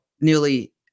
nearly